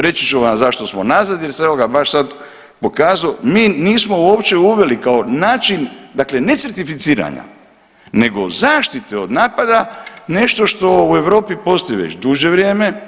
Reći ću vam zašto smo nazad jer sam evo ga baš sad pokazao, mi nismo uopće uveli kao način dakle ne certificiranja nego zaštite od napada nešto u Europi postoji već duže vrijeme.